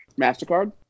MasterCard